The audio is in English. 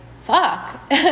fuck